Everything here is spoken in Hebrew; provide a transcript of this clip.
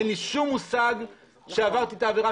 אין לי מושג שעברתי את העבירה.